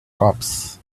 cops